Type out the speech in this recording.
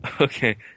Okay